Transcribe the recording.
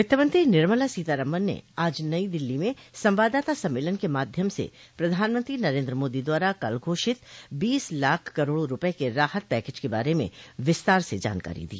वित्तमंत्री निर्मला सीतारामन ने आज नई दिल्ली में संवाददाता सम्मेलन के माध्यम से प्रधानमंत्री नरेन्द्र मोदी द्वारा कल घोषित बीस लाख करोड़ रूपये के राहत पैकेज के बारे में विस्तार से जानकारी दी